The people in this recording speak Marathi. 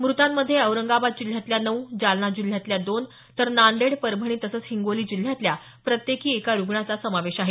मृतांमध्ये औरंगाबाद जिल्ह्यातल्या नऊ जालना जिल्ह्यातल्या दोन तर नांदेड परभणी तसंच हिंगोली जिल्ह्यातल्या प्रत्येकी एका रुग्णांचा समावेश आहे